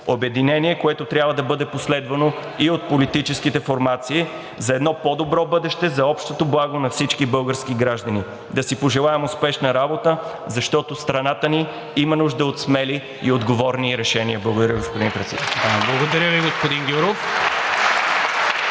обединение, което трябва да бъде последвано и от политическите формации за едно по-добро бъдеще за общото благо на всички български граждани. Да си пожелаем успешна работа, защото страната ни има нужда от смели и отговорни решения. Благодаря, господин